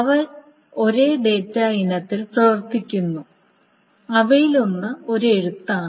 അവ ഒരേ ഡാറ്റ ഇനത്തിൽ പ്രവർത്തിക്കുന്നു അവയിലൊന്ന് ഒരു എഴുത്താണ്